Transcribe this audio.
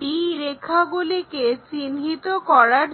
d রেখাগুলিকে চিহ্নিত করবার জন্য